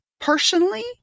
personally